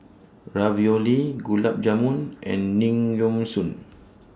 Ravioli Gulab Jamun and